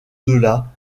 delà